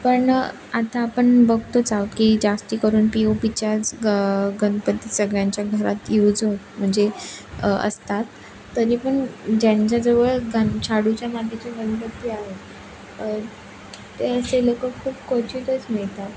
पण आता आपण बघतोच आहो की जास्ती करून पी ओ पीच्याच ग गणपती सगळ्यांच्या घरात यूज होत म्हणजे असतात तरी पण ज्यांच्याजवळ गन शाडूच्या मातीचे गणपती आहेत ते असे लोकं खूप क्वचितच नेतात